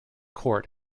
court